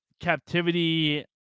captivity